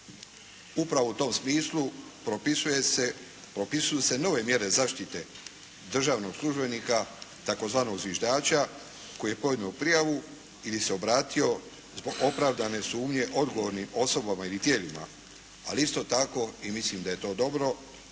Upravo u tom smislu propisuju se nove mjere zaštite državnog službenika tzv. “zviždača“ koji je podnio primjedbu ili se obratio zbog opravdane sumnje odgovornim osobama ili tijelima. Ali isto tako i mislim da je to dobro